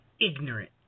ignorant